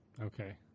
Okay